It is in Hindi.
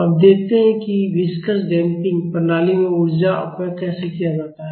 अब देखते हैं कि विस्कस डैम्पिंग प्रणाली में ऊर्जा अपव्यय कैसे किया जाता है